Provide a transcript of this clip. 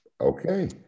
Okay